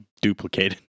duplicated